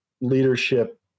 leadership